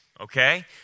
okay